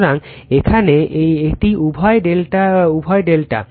সুতরাং এখানে এটি উভয় ∆ উভয় ∆